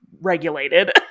regulated